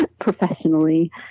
professionally